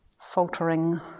faltering